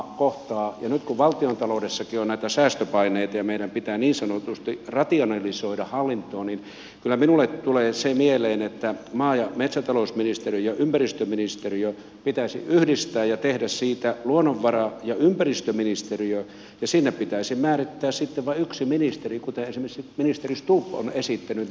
nyt kun valtiontaloudessakin on näitä säästöpaineita ja meidän pitää niin sanotusti rationalisoida hallintoa niin kyllä minulle tulee se mieleen että maa ja metsätalousministeriö ja ympäristöministeriö pitäisi yhdistää ja tehdä siitä luonnonvara ja ympäristöministeriö ja sinne pitäisi määrittää sitten vain yksi ministeri kuten esimerkiksi ministeri stubb on esittänyt